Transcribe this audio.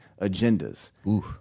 agendas